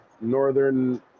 Northern